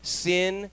sin